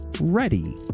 ready